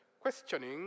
questioning